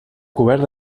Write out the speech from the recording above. cobert